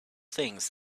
things